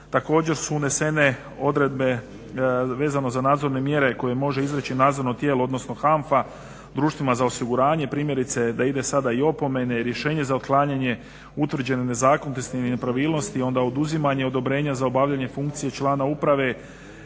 Također su unesene odredbe vezano za nadzorne mjere koje može izreći nadzorno tijelo, odnosno HANFA društvima za osiguranje primjerice da idu sada i opomene i rješenje za otklanjanje utvrđene nezakonitosti i nepravilnosti, onda oduzimanje odobrenja za obavljanje funkcije člana uprave.